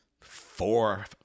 four